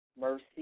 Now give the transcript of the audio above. mercy